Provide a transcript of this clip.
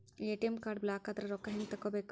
ATM card ಬ್ಲಾಕದ್ರ ರೊಕ್ಕಾ ಹೆಂಗ್ ತಕ್ಕೊಬೇಕು?